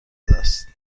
است